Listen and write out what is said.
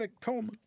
coma